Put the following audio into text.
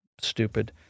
stupid